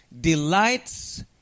delights